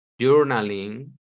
journaling